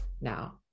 now